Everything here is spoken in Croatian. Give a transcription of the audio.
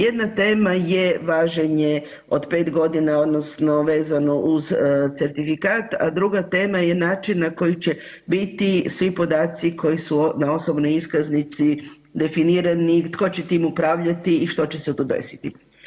Jedna tema je važenje od 5.g. odnosno vezano uz certifikat, a druga tema je način na koji će biti svi podaci koji su na osobnoj iskaznici definirani, tko će tim upravljati i što će se tu desiti.